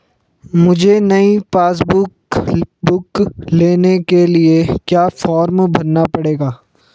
मुझे नयी passbook book लेने के लिए क्या फार्म भरना पड़ेगा?